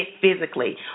physically